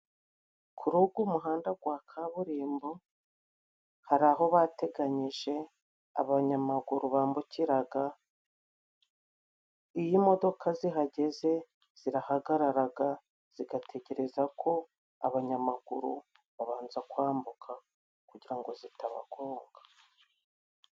Kuri ugo muhanda gwa kaburimbo hari aho bateganyije abanyamaguru bambukiraga, iyo imodoka zihageze zirahagararaga zigategereza ko abanyamaguru babanza kwambuka kugira ngo zitabagonga.